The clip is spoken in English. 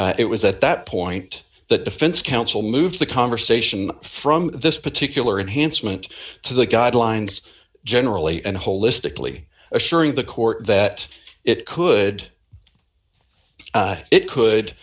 and it was at that point that defense counsel moved the conversation from this particular enhanced moment to the guidelines generally and holistically assuring the court that it could it could